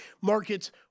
markets